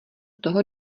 toho